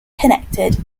connected